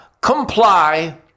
comply